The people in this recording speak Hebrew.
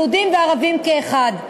יהודים וערבים כאחד.